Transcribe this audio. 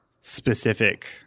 specific